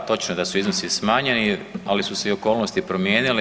Da, točno je da su iznosi smanjeni, ali su se i okolnosti promijenile.